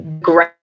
great